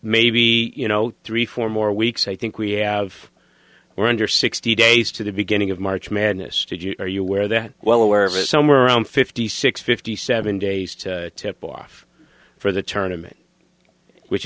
maybe you know three four more weeks i think we have we're under sixty days to the beginning of march madness are you aware that well aware of it somewhere around fifty six fifty seven days to pull off for the tournaments which